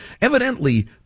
Evidently